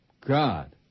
God